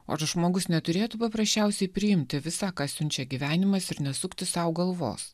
o ar žmogus neturėtų paprasčiausiai priimti visa ką siunčia gyvenimas ir nesukti sau galvos